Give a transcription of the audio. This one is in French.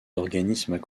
organismes